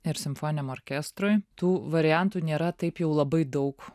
ir simfoniniam orkestrui tų variantų nėra taip jau labai daug